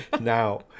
Now